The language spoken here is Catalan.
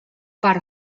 per